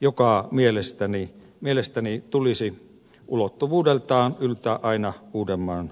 jonka mielestäni tulisi ulottuvuudeltaan yltää aina uudenmaan maakunnan tasolle